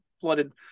flooded